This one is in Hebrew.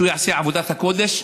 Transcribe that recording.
שהוא יעשה עבודת קודש.